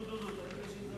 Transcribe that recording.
סעיף 1 נתקבל.